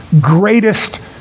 greatest